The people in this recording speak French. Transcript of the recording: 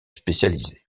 spécialisée